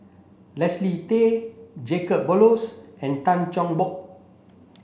Leslie Tay Jacob Ballas and Tan Cheng Bock